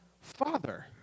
Father